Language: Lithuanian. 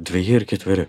dveji ir ketveri